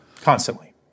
Constantly